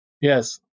Yes